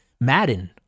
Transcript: Madden